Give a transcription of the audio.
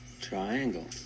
triangle